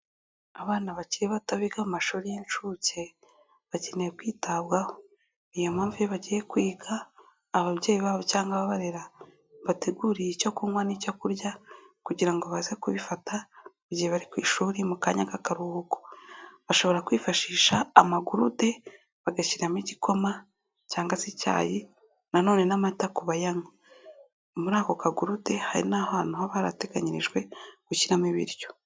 Abana bakiri bato biga amashuri y'inshuke bakeneye kwitabwaho, niyo mpamvu iyo bagiye kwiga ababyeyi babo cyangwa aba barera, babateguriye icyo kunywa n'icyo kurya, kugira ngo baze kubifata mu gihe bari ku ishuri mu kanya k'akaruhuko, bashobora kwifashisha amagurude bagashyiramo igikoma cyangwa se icyayi, nanone n'amata ku bayanywa. Muri ako kagurude hari n'ahantu haba harateganyirijwe gushyiramo ibiryo.